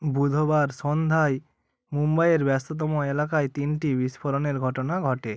বুধবার সন্ধ্যায় মুম্বইয়ের ব্যস্ততম এলাকায় তিনটি বিস্ফোরণের ঘটনা ঘটে